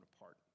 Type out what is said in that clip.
apart